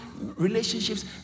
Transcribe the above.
relationships